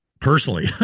Personally